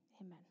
amen